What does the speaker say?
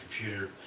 computer